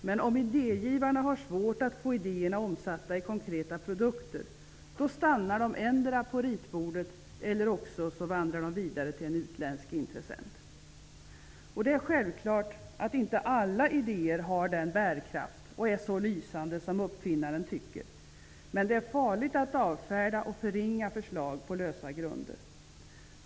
Men om idégivarna har svårt att få idéerna omsatta i konkreta produkter, stannar de endera på ritbordet eller vandrar vidare till en utländsk intressent. Det är självklart att inte alla idéer har den bärkraft och är så lysande som uppfinnaren tycker, men det är farligt att avfärda eller förringa förslag på lösa grunder.